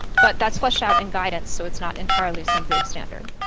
but that's fleshed out in guidance, so it's not entirely some vague standard.